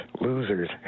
losers